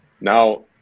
Now